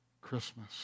Christmas